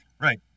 Right